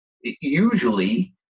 usually